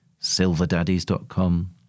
SilverDaddies.com